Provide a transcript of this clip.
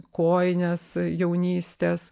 kojines jaunystės